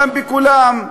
בכולם.